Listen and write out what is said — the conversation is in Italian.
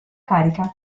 carica